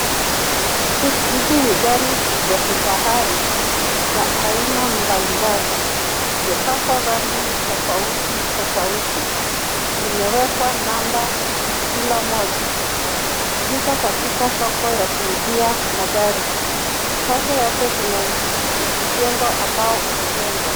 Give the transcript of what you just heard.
Hizi ni gari za kifahari, za aina mbalimbali. Zimepakwa rangi tofauti tofauti. Zimewekwa namba kila moja. Ziko katika soko ya kuuzia magari. Kando yake kuna mjengo ambao umejengwa.